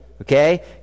okay